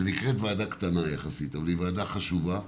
זו נקראת ועדה קטנה יחסית, אבל היא ועדה חשובה.